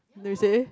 they will say